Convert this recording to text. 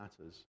matters